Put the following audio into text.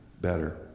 better